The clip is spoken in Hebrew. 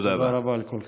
תודה רבה לכולם.